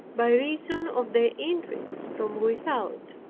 by reason of the intrigues from without.